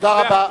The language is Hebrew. תודה רבה.